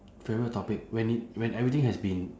favourite topic when it when everything has been